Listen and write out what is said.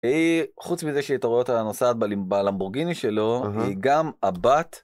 היא, חוץ מזה שאתה רואה אותה נוסעת בלמבורגיני שלו, היא גם הבת.